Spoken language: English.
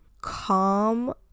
calm